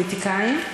פוליטיקאים.